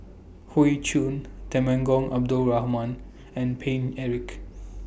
Hoey Choo Temenggong Abdul Rahman and Paine Eric